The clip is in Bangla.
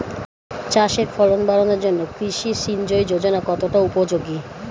চাষের ফলন বাড়ানোর জন্য কৃষি সিঞ্চয়ী যোজনা কতটা উপযোগী?